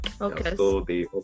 Okay